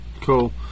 Cool